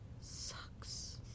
sucks